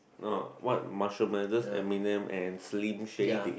uh what marshal medals Eminem and slim shady